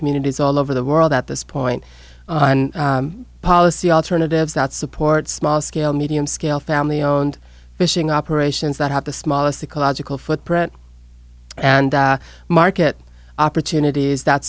communities all over the world at this point on policy alternatives that support small scale medium scale family owned fishing operations that have the smallest ecological footprint and market opportunities that